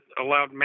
allowed